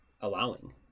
allowing